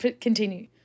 continue